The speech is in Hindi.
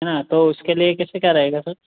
हाँ तो उसके लिए कैसे क्या रहेगा सर